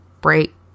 break